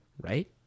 Right